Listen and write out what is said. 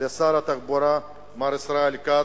לשר התחבורה, מר ישראל כץ.